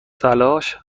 تلاش